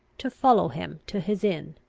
to follow him to his inn.